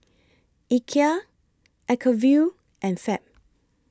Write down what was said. Ikea Acuvue and Fab